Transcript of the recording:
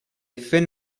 finn